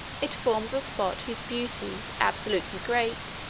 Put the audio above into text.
it forms a spot whose beauty, absolutely great,